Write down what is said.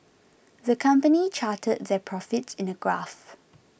the company charted their profits in a graph